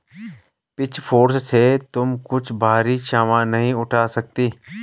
pitchfork से तुम कुछ भारी सामान नहीं उठा सकती